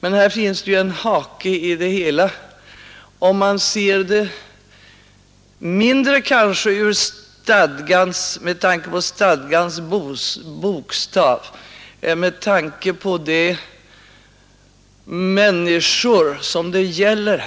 Men det finns ju en hake i det hela, mindre kanske med tanke på stadgans bokstav än med tanke på de människor som det gäller.